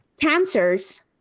Cancers